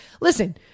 Listen